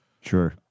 Sure